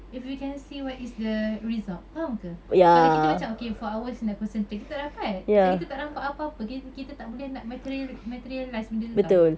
if we can see what is the result faham ke kalau kita macam okay four hours nak concentrate kita tak dapat sebab kita tak nampak apa-apa kit~ kita tak boleh nak material~ materialise benda tu [tau]